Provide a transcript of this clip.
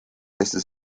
teiste